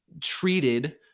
treated